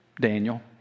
Daniel